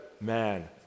man